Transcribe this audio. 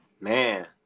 Man